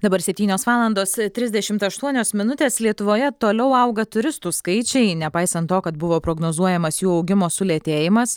dabar septynios valandos trisdešimt aštuonios minutės lietuvoje toliau auga turistų skaičiai nepaisant to kad buvo prognozuojamas jų augimo sulėtėjimas